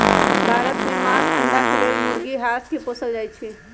भारत में मास, अण्डा के लेल मुर्गी, हास के पोसल जाइ छइ